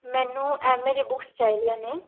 ਮੈਨੂੰ M A ਦੀਆਂ books ਚਾਹੀਦੀ ਆ ਨੇ